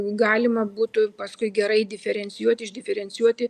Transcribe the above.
galima būtų paskui gerai diferencijuoti išdiferencijuoti